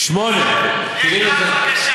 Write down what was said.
"מויחל טויבס".